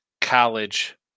college